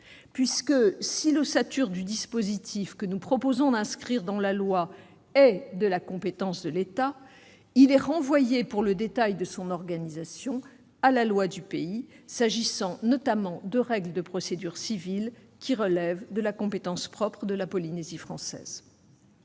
puisque, si l'ossature du dispositif que nous proposons d'inscrire dans la loi est de la compétence de l'État, il est renvoyé, pour le détail de son organisation, à la loi du pays, s'agissant notamment de règles de procédure civile qui relèvent de la compétence propre de la Polynésie française.